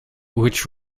which